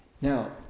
Now